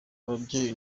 ababyeyi